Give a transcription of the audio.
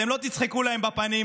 אתם לא תצחקו להם בפנים.